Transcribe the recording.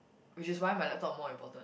which is why my laptop more important